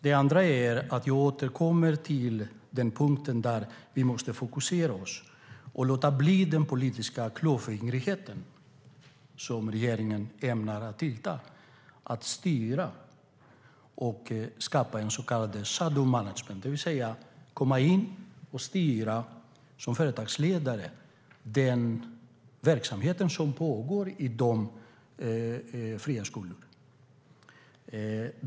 Det andra är att jag återkommer till den punkten där vi måste fokusera oss och låta bli den politiska klåfingrighet som regeringen ämnar ta till. Det handlar om att styra och skapa en så kallad shadow management, det vill säga att man kommer in och styr, som företagsledare, den verksamhet som pågår i de fria skolorna.